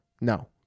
no